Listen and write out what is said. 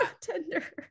tender